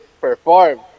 perform